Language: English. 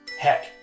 Heck